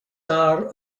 are